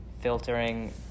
filtering